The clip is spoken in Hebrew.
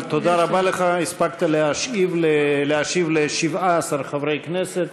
תודה רבה לך, הספקת להשיב ל-17 חברי כנסת,